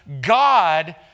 God